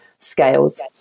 Scales